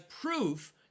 proof